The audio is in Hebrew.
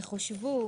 יחושבו